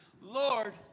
Lord